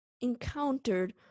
encountered